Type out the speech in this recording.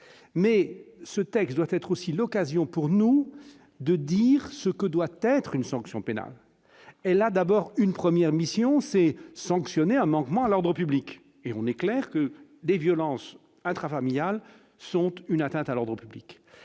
mais ce texte doit être aussi l'occasion pour nous de dire ce que doit être une sanction pénale, elle a d'abord une première mission c'est sanctionné un manquement à l'ordre public et on est clair, que des violences intrafamiliales sont une atteinte à l'ordre public,